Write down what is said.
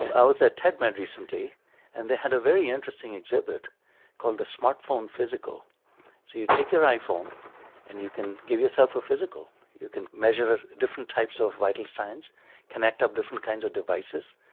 i was at tedmed recently and they had a very interesting exhibit called the smartphone physical. so you take your iphone and you can give yourself a physical, you can measure different types of vital signs, connect up different kinds of devices.